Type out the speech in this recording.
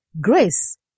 Grace